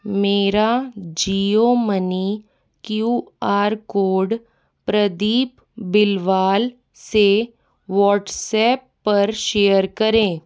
मेरा Jio money Q R code Pradeep Bilwal से WhatsApp पर शेयर करें